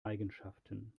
eigenschaften